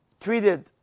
treated